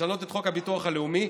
לשנות את חוק הביטוח הלאומי,